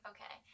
Okay